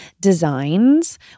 designs